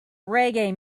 reggae